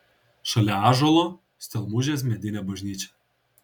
šalia ąžuolo stelmužės medinė bažnyčia